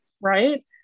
Right